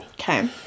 Okay